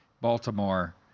Baltimore